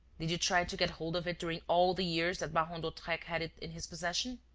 did you try to get hold of it during all the years that baron d'hautrec had it in his possession?